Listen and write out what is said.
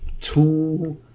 two